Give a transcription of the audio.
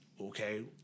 okay